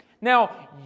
Now